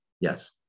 yes